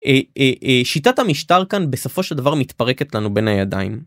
שיטת המשטר כאן בסופו של דבר מתפרקת לנו בין הידיים.